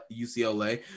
UCLA